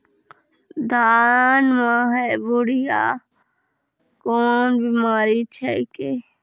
धान म है बुढ़िया कोन बिमारी छेकै?